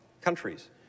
countries